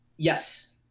Yes